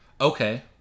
Okay